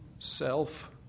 Self